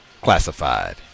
classified